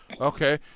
Okay